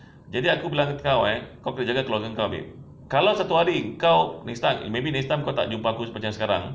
jadi aku bilang kau eh kau punya jaga keluarga kau babe kalau satu hari engkau next time maybe next time kau tak jumpa aku macam sekarang